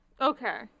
Okay